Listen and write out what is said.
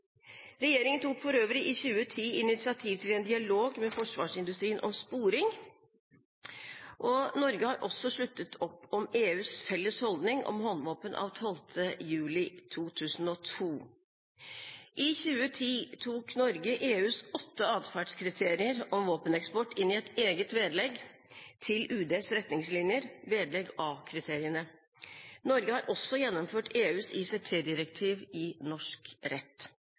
Regjeringen tok for øvrig i 2010 initiativ til en dialog med forsvarsindustrien om sporing. Norge har også sluttet opp om EUs felles holdning om håndvåpen av 12. juli 2002. I 2010 tok Norge EUs åtte atferdskriterier om våpeneksport inn i et eget vedlegg til UDs retningslinjer, vedlegg A-kriteriene. Norge har også gjennomført EUs ICT-direktiv i norsk rett.